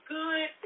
good